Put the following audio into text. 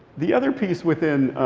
the other piece within